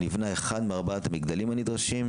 נבנה אחד מארבעת המגדלים הנדרשים.